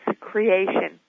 creation